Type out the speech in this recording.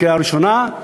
לקריאה ראשונה.